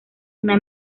una